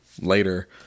later